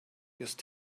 just